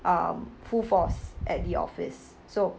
um full force at the office so